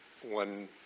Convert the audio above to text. one